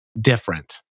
different